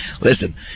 listen